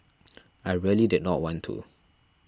I really did not want to